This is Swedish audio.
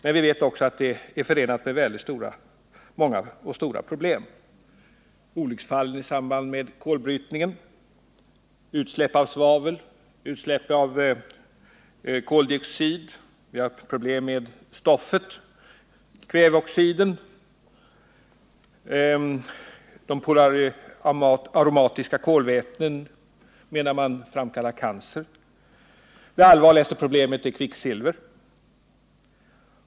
Men vi vet också att kolet är förenat med många och stora problem. Det förekommer olycksfall i samband med kolbrytningen. Vi har vidare utsläpp av svavel och koldioxid, och det är problem med stoffet och kväveoxiden. De både aromatiska kolvätena anses framkalla cancer, osv. Det allra allvarligaste problemet är kvicksilvret.